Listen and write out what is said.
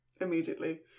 immediately